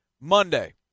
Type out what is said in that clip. Monday